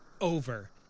over